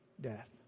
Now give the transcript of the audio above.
death